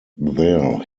there